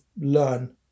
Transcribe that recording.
learn